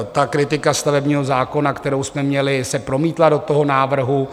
Ta kritika stavebního zákona, kterou jsme měli, se promítla do toho návrhu.